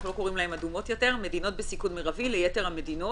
לא קוראים להן "אדומות יותר" לבין יתר המדינות.